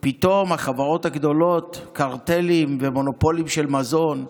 פתאום החברות הגדולות, קרטלים ומונופולים של מזון,